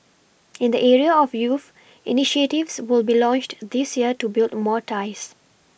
in the area of youth initiatives will be launched this year to build more ties